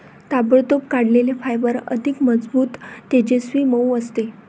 ताबडतोब काढलेले फायबर अधिक मजबूत, तेजस्वी, मऊ असते